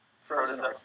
Frozen